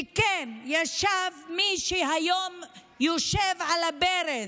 וכן, ישב מי שהיום יושב על הברז.